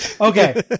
Okay